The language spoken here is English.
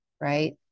right